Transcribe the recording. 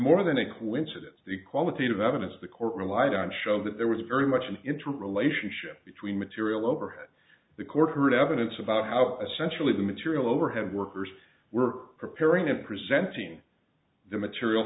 more than a coincidence the qualitative evidence the court relied on show that there was very much an interim relationship between material over what the court heard evidence about how to centrally the material overhead workers were preparing and presenting the material